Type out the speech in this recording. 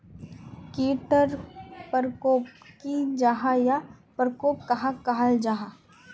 कीट टर परकोप की जाहा या परकोप कहाक कहाल जाहा जाहा?